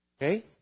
Okay